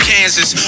Kansas